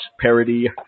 parody